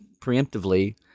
preemptively